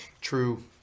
true